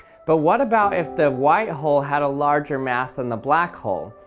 but what about if the white hole had a larger mass than the black hole?